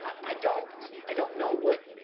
i don't i don't know what